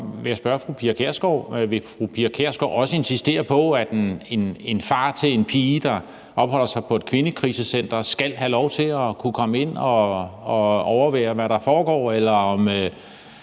Vil fru Pia Kjærsgaard også insistere på, at en far til en pige, der opholder sig på et kvindekrisecenter, skal have lov til at kunne komme ind at overvære, hvad der foregår?